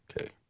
okay